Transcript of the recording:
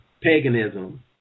paganism